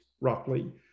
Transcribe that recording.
roughly